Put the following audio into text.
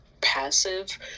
passive